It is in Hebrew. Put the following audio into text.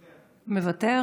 מוותר.